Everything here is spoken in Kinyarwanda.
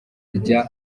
rya